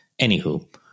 anywho